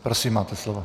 Prosím, máte slovo.